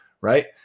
right